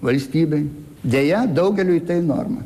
valstybei deja daugeliui tai norma